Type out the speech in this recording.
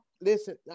listen